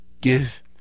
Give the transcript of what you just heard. give